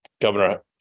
governor